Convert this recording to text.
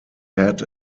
had